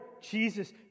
Jesus